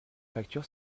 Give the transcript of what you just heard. facture